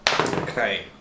Okay